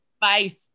Bye